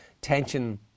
tension